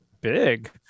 big